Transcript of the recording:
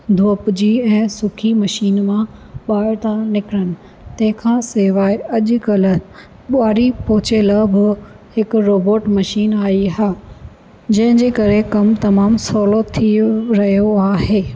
धोपजी ऐं सुकी मशीन मां ॿाहिरि था निकिरनि तंहिंखां सवाइ अॼु कल्ह ॿुहारी पोछे लाइ बि हिकु रोबोट मशीन आई आहे जंहिं जे करे कमु तमामु सवलो थी रहियो आहे